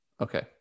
Okay